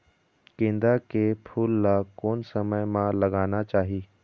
गेंदा के फूल ला कोन समय मा लगाना चाही?